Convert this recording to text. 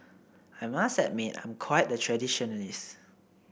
I must admit I'm quite the traditionalist